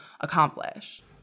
accomplish